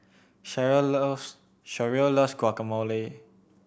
Sherrill loves Sherrill loves Guacamole